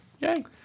Yay